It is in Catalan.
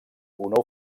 una